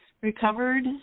recovered